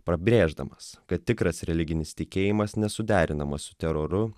pabrėždamas kad tikras religinis tikėjimas nesuderinamas su teroru